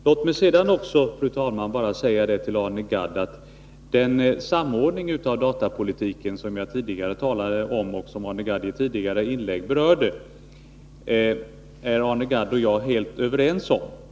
Låt mig också, fru talman, säga till Arne Gadd att den samordning av datapolitiken som jag förut talade om och som Arne Gadd i ett tidigare inlägg berörde är Arne Gadd och jag helt överens om.